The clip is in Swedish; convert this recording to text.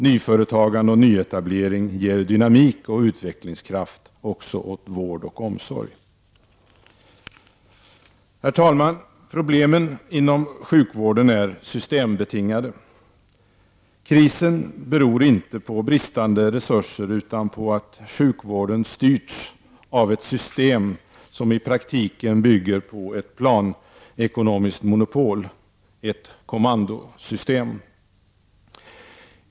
Nyföretagande och nyetablering ger dynamik och utvecklingskraft också åt vård och omsorg. Herr talman! Problemen inom sjukvården är systembetingade. Krisen beror inte på brist på resurser utan på att sjukvården styrts av ett system som i praktiken bygger på ett planekonomiskt monopol, ett kommandosystem.